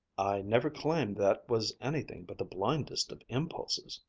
i never claimed that was anything but the blindest of impulses!